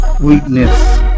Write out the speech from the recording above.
weakness